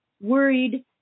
worried